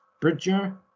Bridger